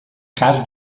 cas